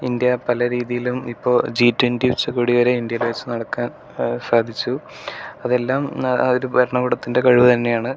India പലരീതിലും ഇപ്പോൾ G twenty ഉച്ചകോടിവരെയും ഇന്ത്യയിൽ വെച്ച് നടക്കാൻ സാധിച്ചു അതെല്ലാം ആ ഒരു ഭരണകൂടത്തിൻ്റെ കഴിവുതന്നെയാണ്